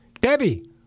Debbie